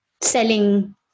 selling